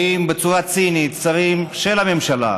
באים בצורה צינית שרים של הממשלה,